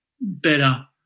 better